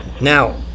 now